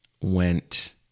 went